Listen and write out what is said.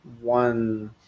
one